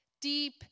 deep